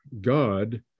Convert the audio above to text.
God